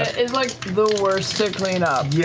is like the worst to clean up.